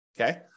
Okay